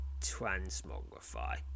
transmogrify